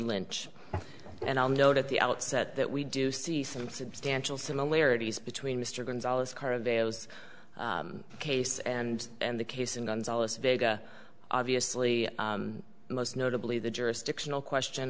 lynch and i'll note at the outset that we do see some substantial similarities between mr gonzales car avails case and and the case in gonzales vega obviously most notably the jurisdictional question